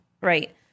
right